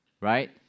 Right